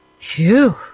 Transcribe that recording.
Phew